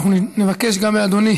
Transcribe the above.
אנחנו נבקש גם מאדוני